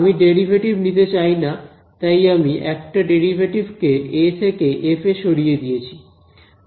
আমি ডেরিভেটিভ নিতে চাই না তাই আমি একটা ডেরিভেটিভ কে থেকে এফ এ সরিয়ে দিয়েছি